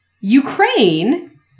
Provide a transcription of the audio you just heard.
Ukraine